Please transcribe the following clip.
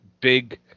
big